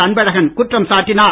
அன்பழகன் குற்றம் சாட்டினார்